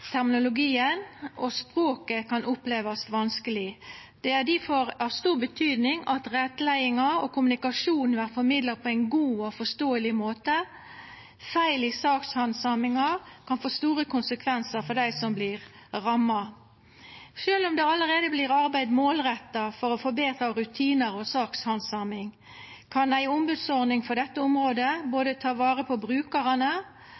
og språket, som kan opplevast vanskeleg. Det er difor av stor betyding at rettleiinga og kommunikasjonen vert formidla på ein god og forståeleg måte. Feil i sakshandsaminga kan få store konsekvensar for dei som vert ramma. Sjølv om det allereie vert arbeidd målretta for å forbetra rutinar og sakshandsaming, kan ei ombodsordning for dette området både ta vare på brukarane